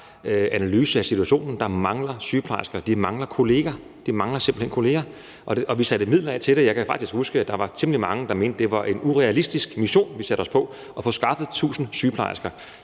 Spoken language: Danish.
analyse af situationen. Der mangler sygeplejersker; de mangler simpelt hen kolleger. Og vi satte midler af til det. Jeg kan faktisk huske, at der var temmelig mange, der mente, at det var en urealistisk mission, vi satte os på, altså at få skaffet 1.000 sygeplejersker.